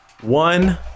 one